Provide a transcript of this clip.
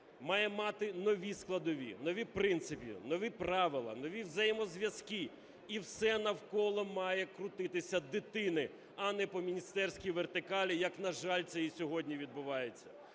має мати нові складові, нові принципи, нові правила, нові взаємозв'язки і все навколо має крутитися дитини, а не по міністерській вертикалі, як, на жаль, це і сьогодні відбувається.